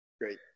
Great